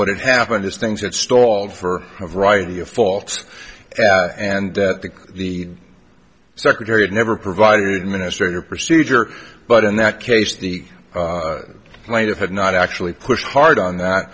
what had happened is things that stalled for a variety of faults and that the secretary had never provided a minister procedure but in that case the might have had not actually pushed hard on that